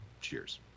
cheers